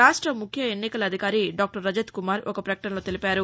రాష్ట ముఖ్య ఎన్నికల అధికారి దాక్టర్ రజత్కుమార్ ఒక ప్రకటనలో తెలిపారు